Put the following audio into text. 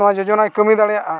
ᱱᱚᱣᱟ ᱡᱳᱡᱳᱱᱟᱭ ᱠᱟᱹᱢᱤ ᱫᱟᱲᱮᱭᱟᱜᱼᱟ